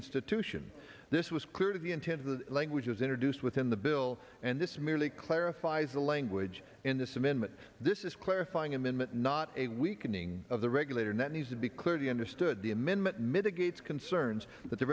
institution this was clear language was introduced within the bill and this merely clarifies the language in this amendment this is clarifying amendment not a weakening of the regulator that needs to be clearly understood the amendment mitigates concerns that the